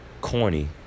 corny